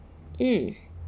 mm